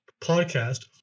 podcast